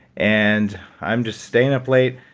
and i'm just staying up late,